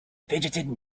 fidgeted